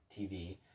TV